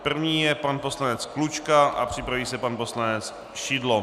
První je pan poslanec Klučka a připraví se pan poslanec Šidlo.